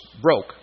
broke